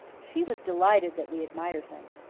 she was delighted that we admired him.